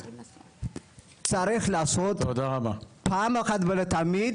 צריך לעשות פעם אחת ולתמיד,